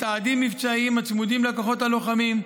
מתעדים מבצעיים הצמודים לכוחות הלוחמים,